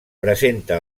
presenta